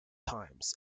times